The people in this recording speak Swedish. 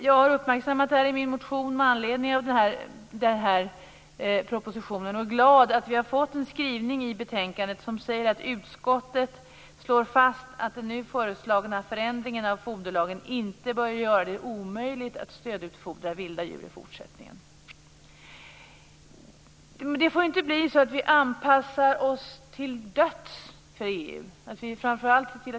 Jag har uppmärksammat detta i min motion med anledning av propositionen, och jag är glad att det finns en skrivning i betänkandet som säger att utskottet slår fast att den nu föreslagna förändringen av foderlagen inte bör göra det omöjligt att stödutfodra vilda djur i fortsättningen. Det får inte bli så att vi anpassar oss till döds för EU.